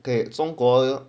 给中国